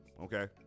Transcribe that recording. Okay